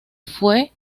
fue